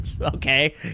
Okay